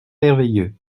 merveilleux